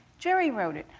gerry wrote it,